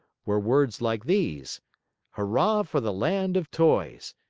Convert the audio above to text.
were words like these hurrah for the land of toys!